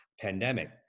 pandemic